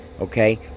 okay